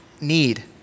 need